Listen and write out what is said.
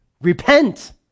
Repent